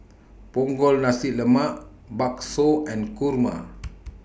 Punggol Nasi Lemak Bakso and Kurma